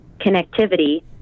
connectivity